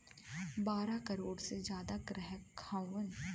बारह करोड़ से जादा ग्राहक हउवन